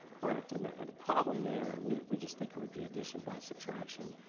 correct. and the and the problem there, and we we just think it would be addition by subtraction,